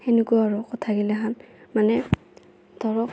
সেনেকুৱা আৰু কথা গিলাখান মানে ধৰক